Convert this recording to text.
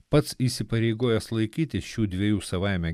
pats įsipareigojęs laikytis šių dviejų savaime